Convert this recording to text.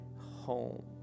home